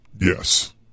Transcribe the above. Yes